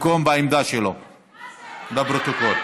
במקום בעמדה שלו, לפרוטוקול.